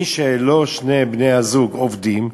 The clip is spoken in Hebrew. אם שני בני-הזוג לא עובדים,